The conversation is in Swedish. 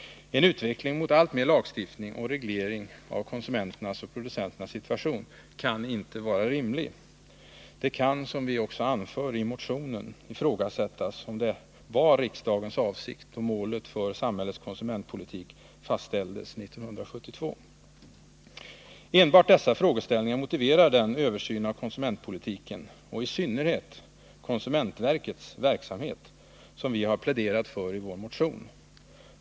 En utveckling mot alltmer lagstiftning och reglering av konsumenternas och producenternas situation kan inte vara rimlig. Det kan, som vi också anför i motionen, ifrågasättas om det var riksdagens avsikt då målet för samhällets konsumentpolitik fastställdes 1972. Enbart dessa frågeställningar motiverar den översyn av konsumentpolitiken —och i synnerhet konsumentverkets verksamhet — som vi har pläderat för i vår motion.